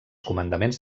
comandaments